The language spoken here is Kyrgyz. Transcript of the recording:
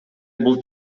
бул